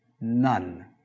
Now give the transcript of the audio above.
None